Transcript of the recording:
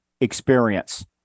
experience